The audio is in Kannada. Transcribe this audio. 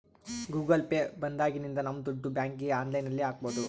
ಗೂಗಲ್ ಪೇ ಬಂದಾಗಿನಿಂದ ನಮ್ ದುಡ್ಡು ಬ್ಯಾಂಕ್ಗೆ ಆನ್ಲೈನ್ ಅಲ್ಲಿ ಹಾಕ್ಬೋದು